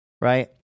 right